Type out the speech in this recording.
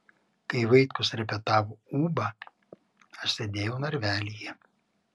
kai vaitkus repetavo ūbą aš sėdėjau narvelyje